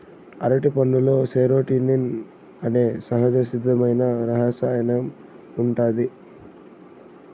అరటిపండులో సెరోటోనిన్ అనే సహజసిద్ధమైన రసాయనం ఉంటాది